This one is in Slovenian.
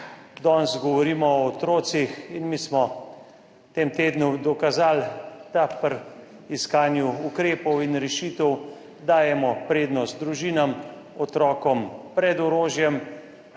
Danes govorimo o otrocih in mi smo v tem tednu dokazali, da pri iskanju ukrepov in rešitev dajemo prednost družinam, otrokom pred orožjem.